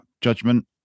judgment